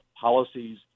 policies